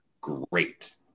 great